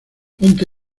ponte